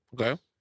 Okay